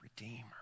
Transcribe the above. redeemer